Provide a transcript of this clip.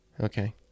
Okay